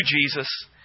Jesus